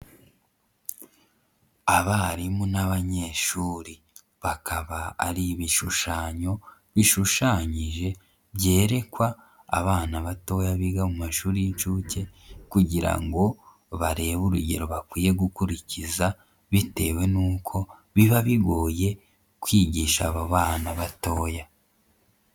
Abarimu n'abanyeshuri bakaba ari ibishushanyo bishushanyije, byerekwa abana batoya biga mu mashuri y'inshuke kugira ngo barebe urugero bakwiye gukurikiza, bitewe nuko biba bigoye kwigisha aba bana batoya.